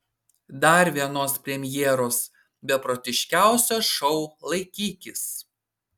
dar vienos premjeros beprotiškiausio šou laikykis